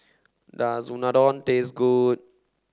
does Unadon taste good